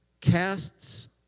casts